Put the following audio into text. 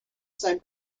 said